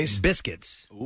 biscuits